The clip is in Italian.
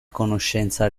conoscenza